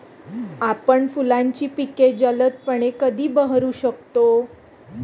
आपण फुलांची पिके जलदपणे कधी बहरू शकतो?